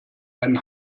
einen